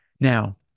Now